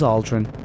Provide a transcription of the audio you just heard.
Aldrin